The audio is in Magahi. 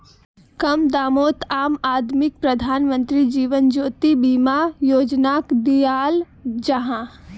कम दामोत आम आदमीक प्रधानमंत्री जीवन ज्योति बीमा योजनाक दियाल जाहा